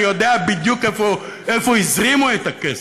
אני יודע בדיוק לאן הזרימו את הכסף.